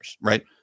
right